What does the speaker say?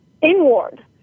inward